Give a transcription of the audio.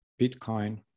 Bitcoin